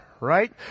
right